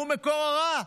הוא מקור הרע.